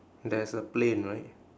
there's a plane right